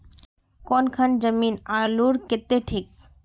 कौन खान जमीन आलूर केते ठिक?